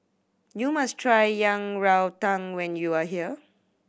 you must try Yang Rou Tang when you are here